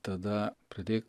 tada pradėk